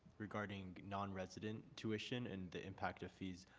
regarding nonresident tuition and the impact of these.